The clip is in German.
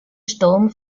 sturm